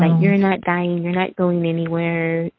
ah you're not dying. you're not going anywhere.